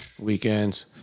Weekends